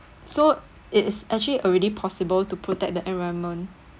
so it's actually already possible to protect the environment